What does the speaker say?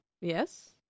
yes